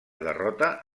derrota